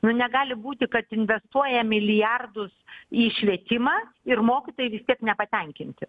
nu negali būti kad investuoja milijardus į švietimą ir mokytojai vis tiek nepatenkinti